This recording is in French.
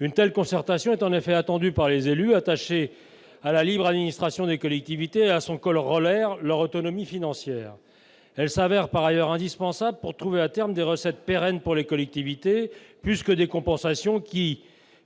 Une telle concertation est en effet attendue par les élus, attachés à la libre administration des collectivités territoriales et à son corollaire, leur autonomie financière. Elle se révèle par ailleurs indispensable pour trouver, à terme, des recettes pérennes pour les collectivités, plus que des compensations qui-